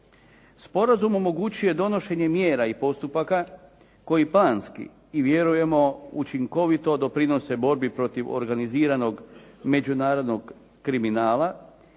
Sporazum omogućuje donošenje mjera i postupaka koji planski i vjerujemo učinkovito doprinose borbi protiv organiziranog međunarodnog kriminala